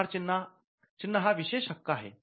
व्यापार चिन्ह हा विशेषा हक्क आहे